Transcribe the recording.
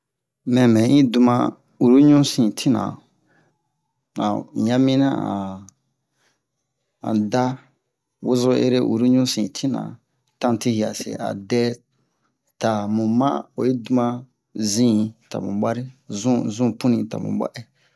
mɛ bɛ i duma uru ɲusin tina a u ɲa minian an an daa ozo ere uru ɲusin tina tanti yiase a dɛta muma oyi duma zin ta mu buale zun zun pinin unin ta mu bua ɛ